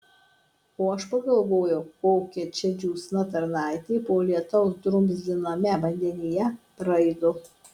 o aš pagalvojau kokia čia džiūsna tarnaitė po lietaus drumzliname vandenyje braido